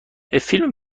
فیلم